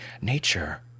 nature